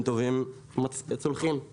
לאחר השלב הזה מתחיל האתגר הגדול,